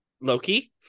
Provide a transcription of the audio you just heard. Loki